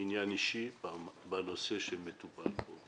עניין אישי בנושא הנדון כאן.